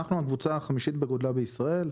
אנחנו הקבוצה החמישית בגודלה בישראל.